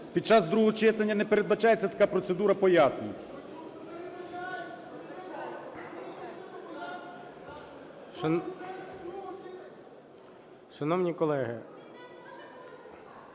Під час другого читання не передбачається така процедура пояснень.